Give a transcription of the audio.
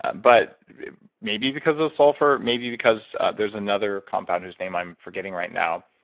but maybe because of the sulfur, maybe because there's another compound whose name i'm forgetting right now?